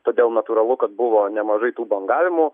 todėl natūralu kad buvo nemažai tų bangavimų